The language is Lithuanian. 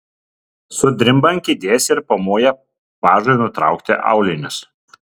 sudrimba ant kėdės ir pamoja pažui nutraukti aulinius